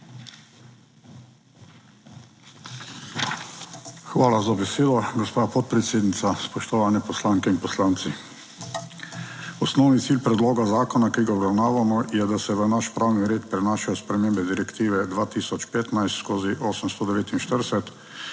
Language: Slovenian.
Hvala za besedo, gospa podpredsednica. Spoštovani poslanke in poslanci! Osnovni cilj predloga zakona, ki ga obravnavamo je, da se v naš pravni red prenašajo spremembe direktive 2015/849,